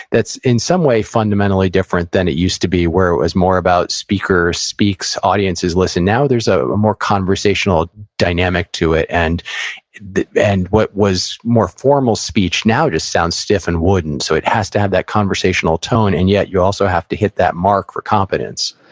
that's, in some way, fundamentally different than it used to be. where, it was more about speakers, speaks, audiences, listen. now there's a more conversational dynamic to it and and what was more formal speech, now it just sounds stiff and wouldn't. so, it has to have that conversational tone. and yet, you also have to hit that mark for competence